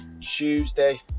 Tuesday